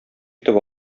итеп